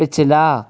पिछला